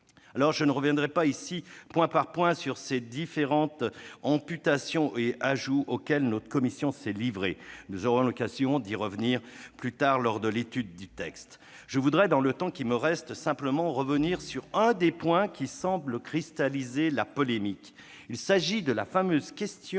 ». Je ne reviendrai pas ici point par point sur les différents ajouts et amputations auxquels notre commission s'est livrée. Nous aurons l'occasion d'y revenir lors de l'étude du texte. Je voudrais, dans le temps qui me reste, simplement revenir sur l'un des points qui semble cristalliser la polémique : il s'agit de la fameuse question